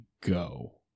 go